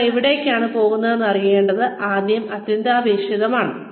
ഒരാൾ എവിടേക്കാണ് പോകുന്നതെന്ന് അറിയേണ്ടത് വളരെ അത്യാവശ്യമാണ്